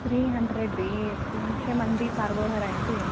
three hundred ರೀ ತಿನ್ಶೆ ಮಂದಿ ಪಾರ್ಗೊಳಾರ ಅನ್ರೀ